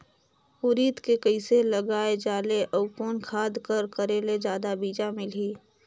उरीद के कइसे लगाय जाले अउ कोन खाद कर करेले जादा बीजा मिलही?